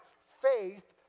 faith